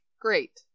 Great